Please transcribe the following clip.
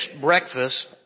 breakfast